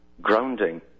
grounding